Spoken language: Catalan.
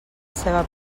ceba